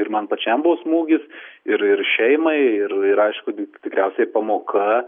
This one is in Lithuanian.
ir man pačiam buvo smūgis ir ir šeimai ir ir aišku tikriausiai pamoka